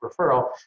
referral